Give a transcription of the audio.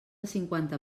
cinquanta